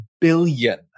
billion